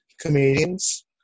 Comedians